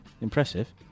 impressive